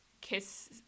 kiss